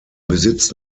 besitzt